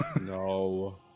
No